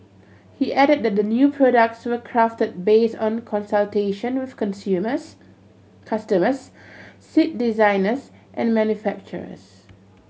he added that the new products were crafted based on consultation with consumers customers seat designers and manufacturers